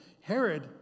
Herod